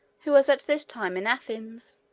who was at this time in athens,